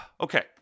Okay